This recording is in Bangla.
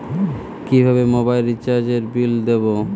কিভাবে মোবাইল রিচার্যএর বিল দেবো?